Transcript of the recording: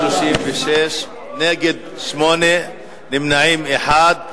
36, נגד, 8, נמנע אחד.